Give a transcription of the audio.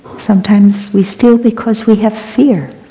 some times we steal because we have fear.